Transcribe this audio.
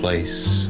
place